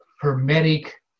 hermetic